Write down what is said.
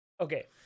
okay